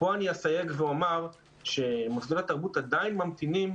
כאן אני אסייג ואומר שמוסדות התרבות עדיין ממתינים